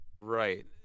Right